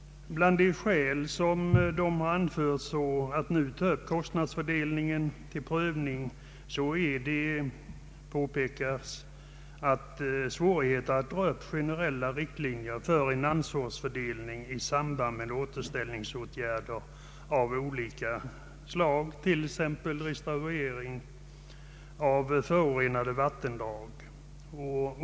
Bland de skäl som anförts för att nu ta upp kostnadsfördelningsfrågorna till prövning anges svårigheterna att dra upp generella riktlinjer för en ansvarsfördelning i samband med återställningsåtgärder av olika slag, t.ex. behandling av förorenade vattendrag.